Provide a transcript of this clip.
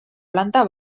planta